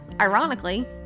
ironically